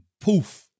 poof